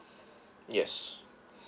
yes